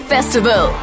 Festival